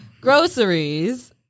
groceries